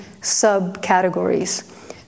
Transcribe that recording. subcategories